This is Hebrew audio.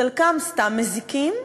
חלקם סתם מזיקים,